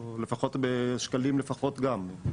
או לפחות בשקלים לפחות גם.